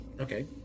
Okay